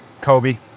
Kobe